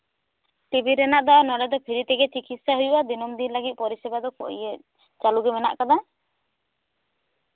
TV ᱨᱮᱱᱟᱜ ᱫᱚ ᱱᱚᱰᱮ ᱫᱚ ᱯᱷᱤᱨᱤ ᱛᱮᱜᱮ ᱪᱤᱠᱤᱛᱥᱟ ᱦᱩᱭᱩᱜᱼᱟ ᱫᱤᱱᱟᱹᱢ ᱫᱤᱱ ᱞᱟᱹᱜᱤᱫ ᱯᱚᱨᱤᱥᱮᱵᱟ ᱫᱚ ᱪᱟᱹᱞᱩ ᱜᱮ ᱢᱮᱱᱟᱜ ᱠᱟᱫᱟ